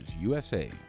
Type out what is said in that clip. USA